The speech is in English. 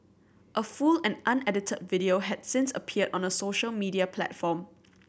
a full and unedited video had since appeared on a social media platform